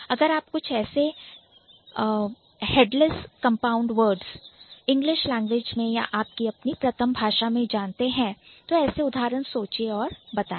अगर आप कुछ ऐसे Headless headless compound words English language में या आपकी प्रथम भाषा में जानते हैं तो ऐसे उदाहरण सोचे और बताएं